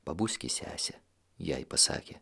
pabuski sese jai pasakė